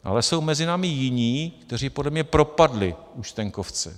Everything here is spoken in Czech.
Ale jsou mezi námi jiní, kteří podle mě propadli Účtenkovce.